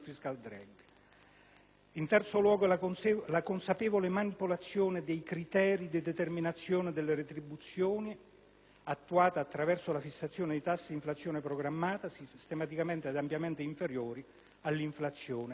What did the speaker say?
si è avvalsa della consapevole manipolazione dei criteri di determinazione delle retribuzioni, attuata attraverso la fissazione di tassi di inflazione programmata sistematicamente ed ampiamente inferiori all'inflazione reale.